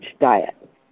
diet